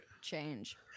change